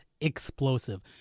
explosive